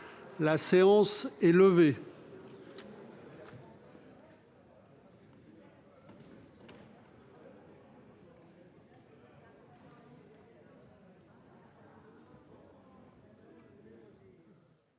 La séance est levée.